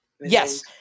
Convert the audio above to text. Yes